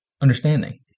understanding